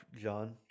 John